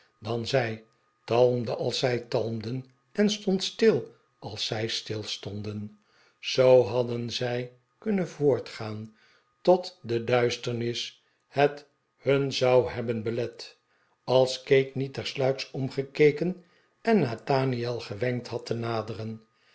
dan zij talmde als zij talmden en stond stil als zij stilstonden zoo hadden zij kunnen voortgaan tot de duisterois het hun zou hebben belet als kate niet tersluiks omgekeken en nathaniel gewenkt had te naderen